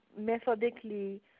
methodically